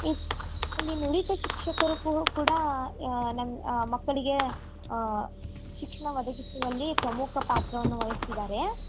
ಇಲ್ಲಿ ಇಲ್ಲಿ ನುರಿತ ಶಿಕ್ಷಕರು ಕೂಡ ನಮ್ಮ ಮಕ್ಕಳಿಗೆ ಶಿಕ್ಷಣ ಒದಗಿಸುವಲ್ಲಿ ಪ್ರಮುಖ ಪಾತ್ರವನ್ನು ವಹಿಸ್ತಿದ್ದಾರೆ